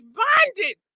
bonded